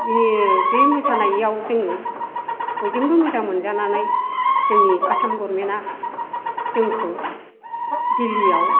बे मोसानायाव जोङो बयजोंबो मोजां मोनजानानै जोंनि आसाम गरमेन्टआ जोंंखौ दिल्लीआव